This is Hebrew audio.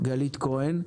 גלית כהן.